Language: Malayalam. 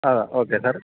ആ ഓക്കെ സാർ